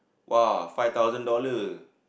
[wah] five thousand dollar